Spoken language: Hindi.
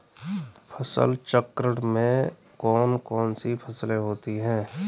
फसल चक्रण में कौन कौन सी फसलें होती हैं?